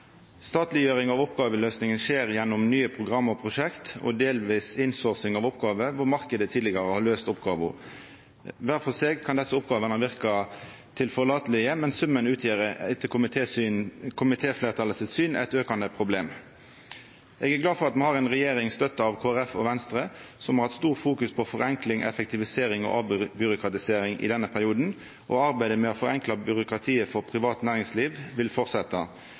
Statleggjering av oppgåveløysing skjer gjennom nye program og prosjekt og delvis «insourcing» av oppgåver der marknaden tidlegare har løyst oppgåva. Kvar for seg kan desse oppgåvene verka tilforlatelege, men summen utgjer etter komitéfleirtalet sitt syn eit aukande problem. Eg er glad for at me har ei regjering, støtta av Kristeleg Folkeparti og Venstre, som i denne perioden i stor grad har fokusert på forenkling, effektivisering og avbyråkratisering. Arbeidet med å forenkla byråkratiet for privat næringsliv vil